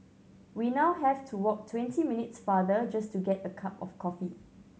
we now have to walk twenty minutes farther just to get a cup of coffee